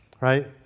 right